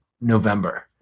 November